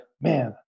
man